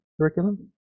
curriculum